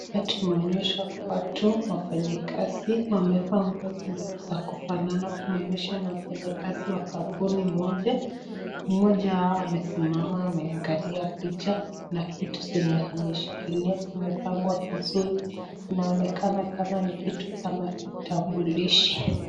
Hapa tumeonyeshwa watu wafanyikazi ,wamevaa nguo zilizo fanana kuashiria kuwa ni wafanyakazi wa kampuni moja. Mmoja wao amesimama ameangalia picha na vitu zenye ameshikilia zimepangwa vizuri. Inaonekana kama ni vitu kama vitambulisho.